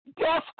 Death